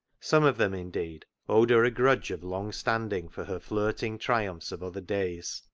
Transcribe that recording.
some of them, indeed, owed her a grudge of long standing for her flirting triumphs of other days,